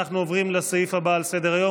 אנחנו עוברים לסעיף הבא על סדר-היום,